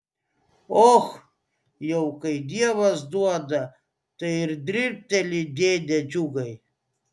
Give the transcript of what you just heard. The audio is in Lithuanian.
och jau kai dievas duoda tai ir dribteli dėde džiugai